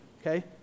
okay